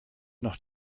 noch